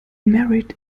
married